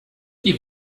die